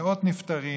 עם מאות נפטרים